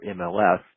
MLS